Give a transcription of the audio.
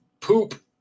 poop